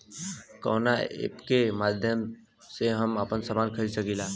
कवना ऐपके माध्यम से हम समान खरीद सकीला?